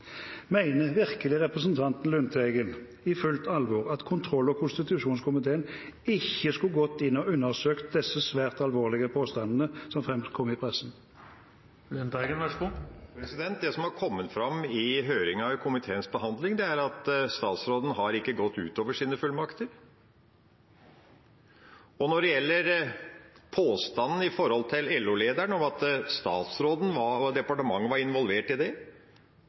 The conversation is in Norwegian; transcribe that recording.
virkelig representanten Lundteigen i fullt alvor at kontroll- og konstitusjonskomiteen ikke skulle gått inn og undersøkt de svært alvorlige påstandene som framkom i pressen? Det som har kommet fram i høringa under komiteens behandling, er at statsråden ikke har gått utover sine fullmakter. Når det gjelder påstanden med hensyn til LO-lederen, og at statsråden og departementet var involvert i det,